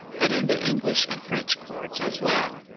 but in the english and french courts as well,